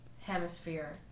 hemisphere